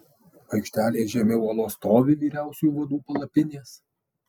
aikštelėje žemiau olos stovi vyriausiųjų vadų palapinės